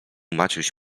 maciuś